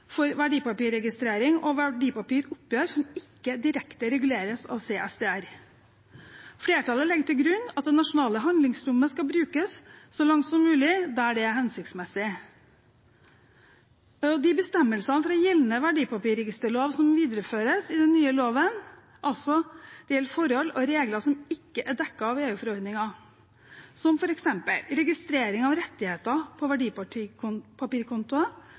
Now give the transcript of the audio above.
for verdipapirregistrering og verdipapiroppgjør som ikke direkte reguleres av CSDR. Flertallet legger til grunn at det nasjonale handlingsrommet skal brukes så langt som mulig der det er hensiktsmessig. De bestemmelsene fra gjeldende verdipapirregisterlov som videreføres i den nye loven, gjelder forhold og regler som ikke er dekket av EU-forordningen, som f.eks. registrering av rettigheter på